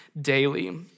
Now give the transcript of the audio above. daily